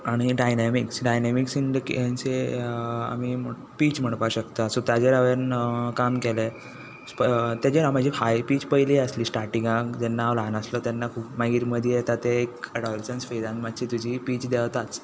आनी dynamics dynamics in the के एनसे आमी पीच म्हणपा शकता सो ताजेर हांवें काम केलें स्प तेजेर हांव म्हजी हाय पीच पयलीं आसली स्टाटिंगांक जेन्ना हांव ल्हान आसलो तेन्ना खूब मागीर मदीं येता तें एक एडॉलसण फेजान मात्शी तुजी पीच देंवताच